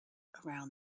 around